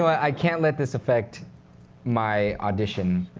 i can't let this affect my audition.